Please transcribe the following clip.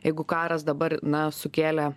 jeigu karas dabar na sukėlė